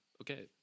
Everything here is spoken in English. okay